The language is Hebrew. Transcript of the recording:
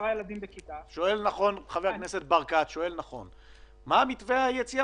מה מתווה היציאה?